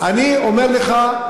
אני אומר לך,